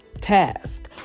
task